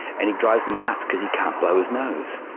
and he drives me nuts because he can't blow his nose.